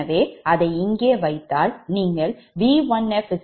எனவே அதை இங்கே வைத்தால் நீங்கள் V1f 0